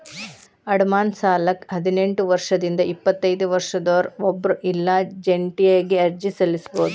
ಅಡಮಾನ ಸಾಲಕ್ಕ ಹದಿನೆಂಟ್ ವರ್ಷದಿಂದ ಎಪ್ಪತೈದ ವರ್ಷದೊರ ಒಬ್ರ ಇಲ್ಲಾ ಜಂಟಿಯಾಗಿ ಅರ್ಜಿ ಸಲ್ಲಸಬೋದು